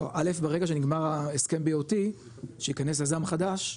לא, א' ברגע שנגמר ההסכם ה-BOT שייכנס יזם חדש,